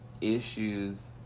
issues